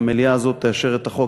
המליאה הזאת תאשר את החוק.